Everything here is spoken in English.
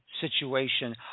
situation